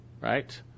right